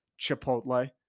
Chipotle